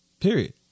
Period